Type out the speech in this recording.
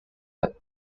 that